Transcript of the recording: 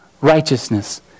righteousness